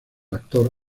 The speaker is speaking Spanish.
actor